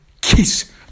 kiss